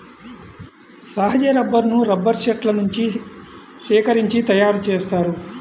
సహజ రబ్బరును రబ్బరు చెట్ల నుండి సేకరించి తయారుచేస్తారు